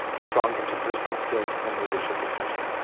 strong interpersonal skills, and leadership potential.